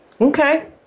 Okay